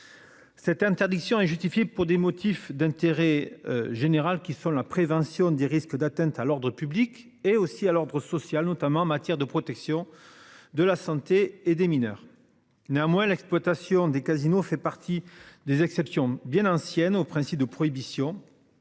Cette interdiction est justifiée pour des motifs d'intérêt. Général qui sont la prévention des risques d'atteinte à l'ordre public et aussi à l'ordre social, notamment en matière de protection de la santé et des mineurs. Néanmoins, l'exploitation des casinos fait partie des exceptions bien ancienne au principe de prohibition.